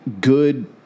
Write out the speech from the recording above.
good